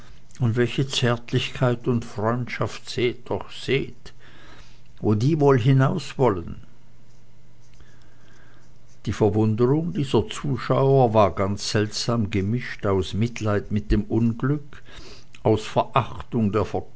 und welche zärtlichkeit und freundschaft seht doch seht wo die wohl hinaus wollen die verwunderung dieser zuschauer war ganz seltsam gemischt aus mitleid mit dem unglück aus verachtung der